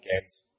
games